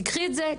תיקחי את זה,